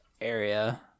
area